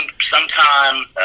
sometime